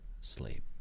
sleep